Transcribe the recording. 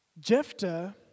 Jephthah